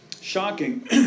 shocking